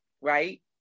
right